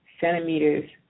centimeters